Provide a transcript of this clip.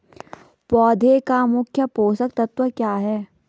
पौधें का मुख्य पोषक तत्व क्या है?